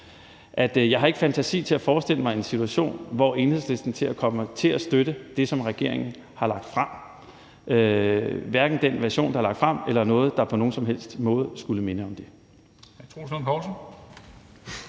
jeg ikke har fantasi til at forestille mig en situation, hvor Enhedslisten kommer til at støtte det, som regeringen har lagt frem, hverken den version, der er lagt frem, eller noget, der på nogen som helst måde skulle minde om det.